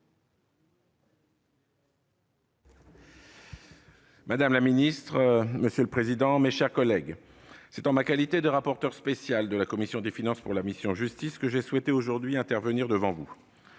madame la ministre, mes chers collègues, c'est en ma qualité de rapporteur spécial de la commission des finances de la mission « Justice » que j'ai souhaité aujourd'hui intervenir devant vous.